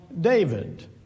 David